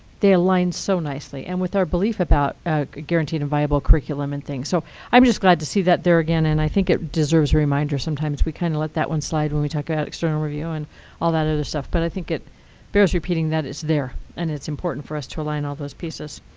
they align so nicely, and with our beliefs about guaranteed, and viable curriculum, and things. so i'm just glad to see that there again. and i think it deserves a reminder sometimes. we kind of let that one slide when we talk about external review and all that other stuff. but i think it bears repeating that it's there. and it's important for us to align all those pieces.